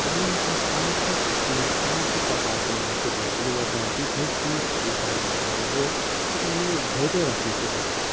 म एउटा शान्ति किसिम शान्ति प्रकारको मान्छे भएकोले गर्दा हो कि खोइ कुनि के कारणले गर्दा हो तर म धैर्य राख्नु चाहिँ सक्छु